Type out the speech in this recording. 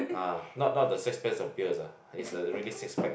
ah not not the six packs of beers ah is the really six pack ah